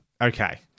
Okay